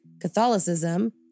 Catholicism